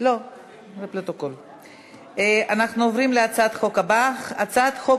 אנחנו עוברים להצעת החוק הבאה: הצעת חוק